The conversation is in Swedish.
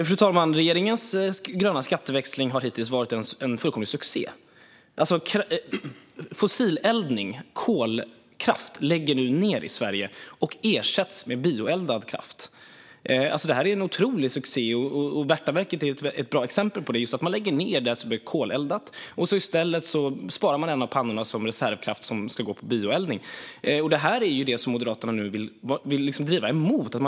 Fru talman! Regeringens gröna skatteväxling har hittills varit en fullkomlig succé. Fossileldning - kolkraft - läggs nu ned i Sverige och ersätts med bioeldad kraft. Detta är en otrolig succé. Värtaverket är ett bra exempel på detta. Man lägger ned det som är koleldat och sparar i stället en av pannorna som reservkraft med bioeldning. Det är detta Moderaterna nu vill driva emot.